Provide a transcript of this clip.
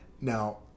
Now